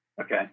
okay